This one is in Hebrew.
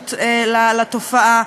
המודעות לתופעה,